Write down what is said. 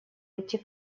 эти